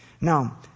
Now